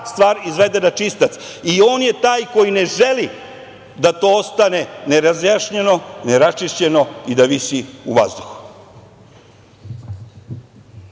stvar izvede na čistac i on je taj koji ne želi da to ostane nerazjašnjeno, neraščišćeno i da visi u vazduhu. Ali